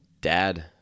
dad